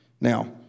Now